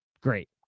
Great